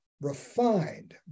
refined